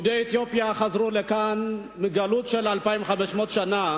יהודי אתיופיה חזרו לכאן מגלות של 2,500 שנה